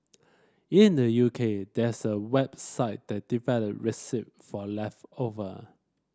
in the U K there's a website that develop recipe for leftover